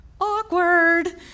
Awkward